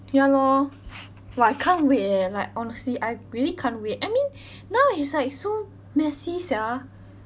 ya lor !wah! I can't wait eh like honestly I really can't wait I mean now it's like so messy sia